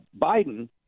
Biden